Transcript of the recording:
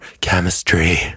chemistry